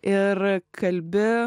ir kalbi